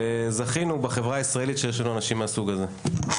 וזכינו שיש לנו אנשים מהסוג הזה בחברה הישראלית.